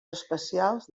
especials